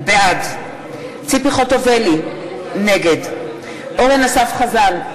בעד ציפי חוטובלי, נגד אורן אסף חזן,